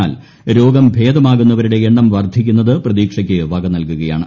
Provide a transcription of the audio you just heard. എന്നാൽ രോഗം ഭേദമാകുന്നവരുടെ എണ്ണം വർദ്ധിക്കുന്നത് പ്രതീക്ഷയ്ക്ക് വക നൽകുകയാണ്